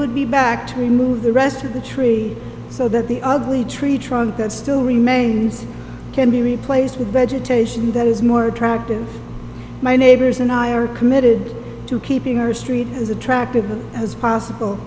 would be back to remove the rest of the tree so that the ugly tree trunk that still remains can be replaced with vegetation that is more attractive my neighbors and i are committed to keeping our street as attractive as possible